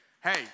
Hey